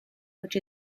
which